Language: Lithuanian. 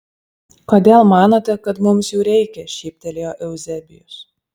kodėl manote kad mums jų reikia šyptelėjo euzebijus